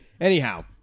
Anyhow